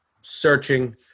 searching